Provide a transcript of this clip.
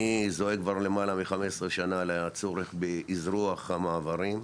אני זועק כבר למעלה מ-15 שנה על הצורך באזרוח המעברים.